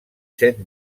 set